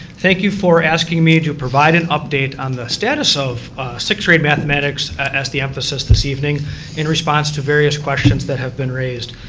thank you for asking me to provide an update on the status of sixth grade mathematics is the emphasis this evening in response to various questions that have been raised.